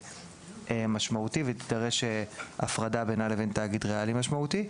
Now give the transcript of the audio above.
משמעותי ותידרש הפרדה בינה לבין תאגיד ריאלי משמעותי.